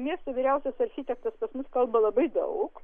miesto vyriausias architektas pas mus kalba labai daug